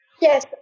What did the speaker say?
Yes